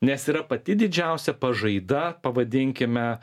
nes yra pati didžiausia pažaida pavadinkime